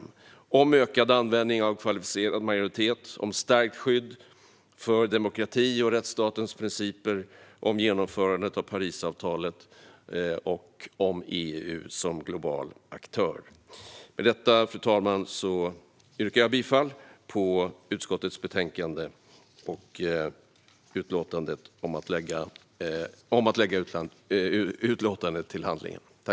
Det handlar om ökad användning av kvalificerad majoritet, stärkt skydd för demokrati och rättsstatens principer, genomförandet av Parisavtalet och EU som global aktör. Fru talman! Med detta yrkar jag bifall till utskottets förslag i betänkandet att lägga utlåtandet till handlingarna.